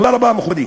תודה רבה, מכובדי.